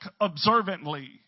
observantly